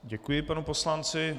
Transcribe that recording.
Děkuji panu poslanci.